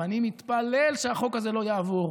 ואני מתפלל שהחוק הזה לא יעבור,